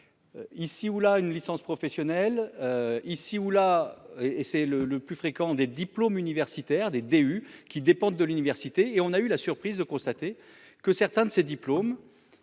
Ici ou là une licence professionnelle. Ici ou là et c'est le le plus fréquent des diplômes universitaires des DU qui dépendent de l'université et on a eu la surprise de constater que certains de ses diplômes.